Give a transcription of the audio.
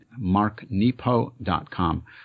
marknepo.com